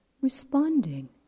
Responding